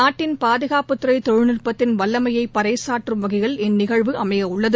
நாட்டின் பாதுகாப்புத்துறை தொழில்நுட்பத்தின் வல்லமையை பறைசாற்றும் வகையில் இந்நிகழ்வு அமைய உள்ளது